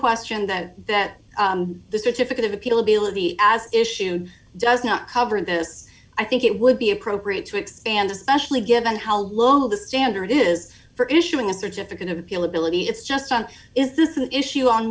question that that the certificate of appeal ability as issued does not cover this i think it would be appropriate to expand especially given how low the standard is for issuing a certificate of appeal ability it's just on is this an issue on